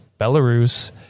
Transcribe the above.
belarus